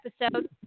episode